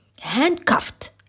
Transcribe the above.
handcuffed